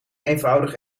eenvoudig